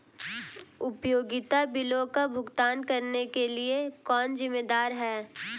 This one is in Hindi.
उपयोगिता बिलों का भुगतान करने के लिए कौन जिम्मेदार है?